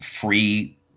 free